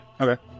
Okay